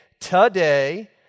today